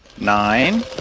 Nine